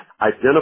identify